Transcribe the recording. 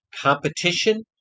competition